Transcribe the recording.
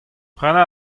prenañ